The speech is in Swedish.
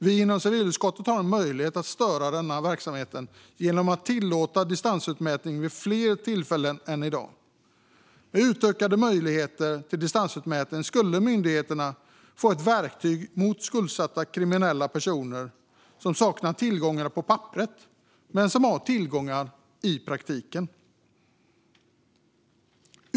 Vi inom civilutskottet har en möjlighet att störa denna verksamhet genom att tillåta distansutmätning vid fler tillfällen än i dag. Med utökade möjligheter till distansutmätning skulle myndigheterna få ett verktyg mot skuldsatta kriminella personer som saknar tillgångar på papperet men som har tillgångar i praktiken.